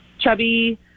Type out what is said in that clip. chubby